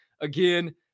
again